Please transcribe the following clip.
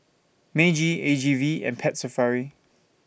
Meiji A G V and Pet Safari